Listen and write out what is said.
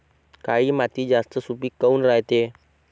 काळी माती जास्त सुपीक काऊन रायते?